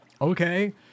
Okay